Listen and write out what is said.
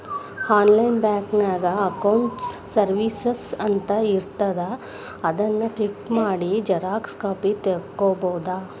online ಬ್ಯಾಂಕಿನ್ಯಾಗ accounts services ಅಂತ ಇರ್ತಾದ ಅದನ್ ಕ್ಲಿಕ್ ಮಾಡಿ ಝೆರೊಕ್ಸಾ ಕಾಪಿ ತೊಕ್ಕೊಬೋದು